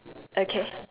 okay